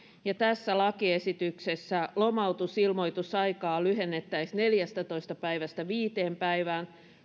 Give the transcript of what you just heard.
tässä lakiesityksessä lomautusilmoitusaikaa lyhennettäisiin neljästätoista päivästä viiteen päivään